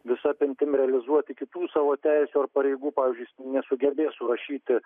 visa apimtimi realizuoti kitų savo teisių ar pareigų pavyzdžiui jis nesugebės surašyti